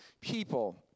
people